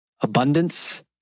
abundance